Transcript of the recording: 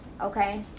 okay